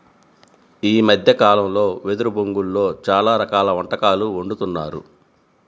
ఈ మద్దె కాలంలో వెదురు బొంగులో చాలా రకాల వంటకాలు వండుతున్నారు